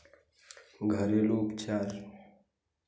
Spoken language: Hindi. घरेलू उपचार